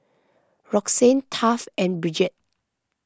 Roxann Taft and Bridgette